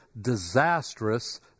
disastrous